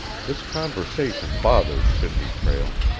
this conversation bothered sidney prale,